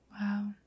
Wow